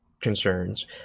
concerns